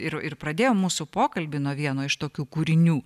ir ir pradėjom mūsų pokalbį nuo vieno iš tokių kūrinių